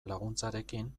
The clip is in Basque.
laguntzarekin